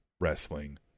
wrestling